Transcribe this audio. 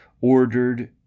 ordered